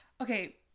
Okay